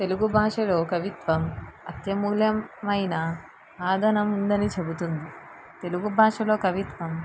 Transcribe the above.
తెలుగుబాషలో కవిత్వం అతి మూల్యమైన ఆగమనం ఉందని చెబుతుంది తెలుగుబాషలో కవిత్వం